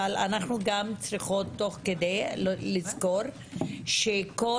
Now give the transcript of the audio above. אבל אנחנו גם צריכות לזכור שאת כל